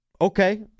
Okay